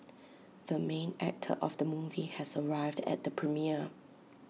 the main actor of the movie has arrived at the premiere